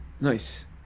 nice